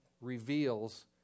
reveals